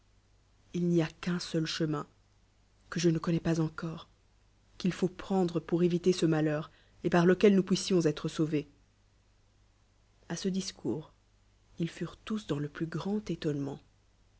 il n'y a qu'un seul chemin que je ne con ij de connoit nois pas encore qu'il g prendre ras ellpour éviter ce malheur et par lequel nous puissious être sauvés puur se a ce discours ils furent tous dans sauver le plus grand étounement